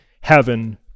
heaven